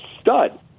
stud